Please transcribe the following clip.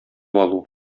алу